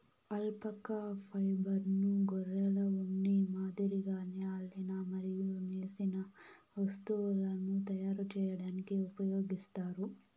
alpaca ఫైబర్ను గొర్రెల ఉన్ని మాదిరిగానే అల్లిన మరియు నేసిన వస్తువులను తయారు చేయడానికి ఉపయోగిస్తారు